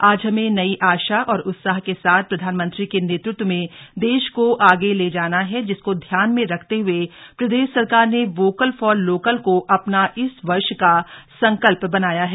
आज हमें नयी आशा और उत्साह के साथ प्रधानमंत्री के नेतृत्व में देश को आगे ले जाना है जिसको ध्यान में रखते हुए प्रदेश सरकार ने वोकल फॉर लोकल को अपना इस वर्ष का संकल्प बनाया है